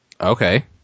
okay